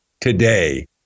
today